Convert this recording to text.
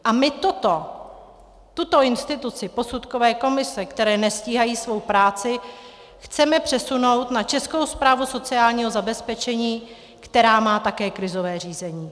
A my tuto instituci, posudkové komise, které nestíhají svou práci, chceme přesunout na Českou správu sociálního zabezpečení, která má také krizové řízení.